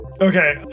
Okay